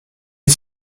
les